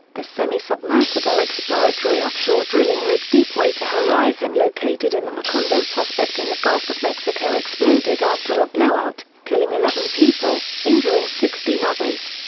the semi-submersible exploratory offshore drilling rig deepwater horizon located in the macondo prospect in the gulf of mexico exploded after a blowout, killing eleven people, injuring sixteen others.